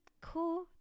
Cool